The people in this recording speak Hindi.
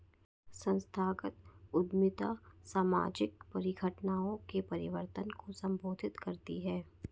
संस्थागत उद्यमिता सामाजिक परिघटनाओं के परिवर्तन को संबोधित करती है